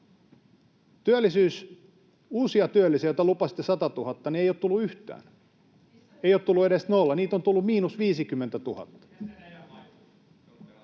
välihuuto] Uusia työllisiä, joita lupasitte satatuhatta, ei ole tullut yhtään, ei ole tullut edes nolla, niitä on tullut miinus 50 000